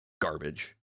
garbage